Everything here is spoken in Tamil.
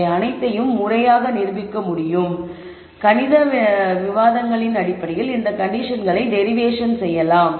இவை அனைத்தையும் முறையாக நிரூபிக்க முடியும் மற்றும் முறையான கணித வாதங்களின் அடிப்படையில் இந்த கண்டிஷன்களை டெரிவேஷன் செய்யலாம்